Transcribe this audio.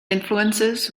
influences